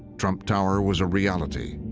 trump tower was a reality.